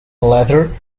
leather